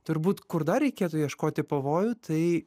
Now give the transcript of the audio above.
turbūt kur dar reikėtų ieškoti pavojų tai